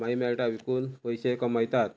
कमाई मेळटा विकून पयशे कमयतात